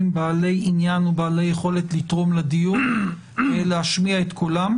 בעלי עניין ובעלי יכולת לתרום לדיון להשמיע את קולם,